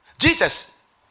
Jesus